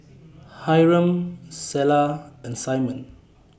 Hyrum Selah and Simon